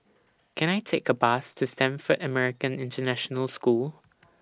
Can I Take A Bus to Stamford American International School